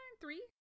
Three